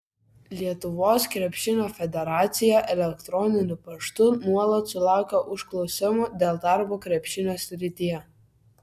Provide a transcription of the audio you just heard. lietuvos krepšinio federacija elektroniniu paštu nuolat sulaukia užklausimų dėl darbo krepšinio srityje